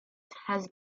has